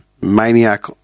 maniac